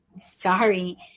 sorry